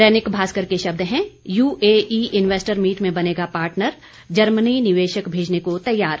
दैनिक भास्कर के शब्द हैं यूएई इन्वेस्टर मीट में बनेगा पार्टनर जर्मनी निवेशक भेजने को तैयार